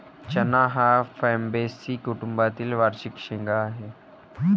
चणा हा फैबेसी कुटुंबातील वार्षिक शेंगा आहे